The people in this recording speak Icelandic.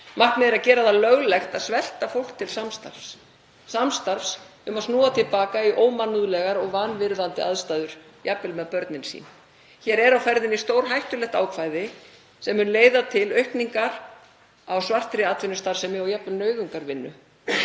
Markmiðið er að gera það löglegt að svelta fólk til samstarfs, samstarfs um að snúa til baka í ómannúðlegar og vanvirðandi aðstæður, jafnvel með börnin sín. Hér er á ferðinni stórhættulegt ákvæði sem mun leiða til aukningar á svartri atvinnustarfsemi og jafnvel nauðungarvinnu